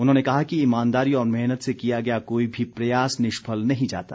उन्होंने कहा कि ईमानदारी और मेहनत से किया गया कोई भी प्रयास निष्फल नहीं जाता